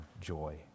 joy